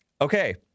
Okay